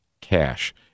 cash